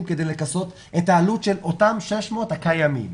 כדי לכסות את העלות של אותם 600 הקיימים.